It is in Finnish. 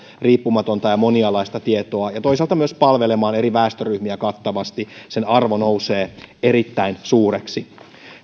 riippumatonta ja monialaista tietoa ja toisaalta myös palvelemaan eri väestöryhmiä kattavasti sen arvo nousee erittäin suureksi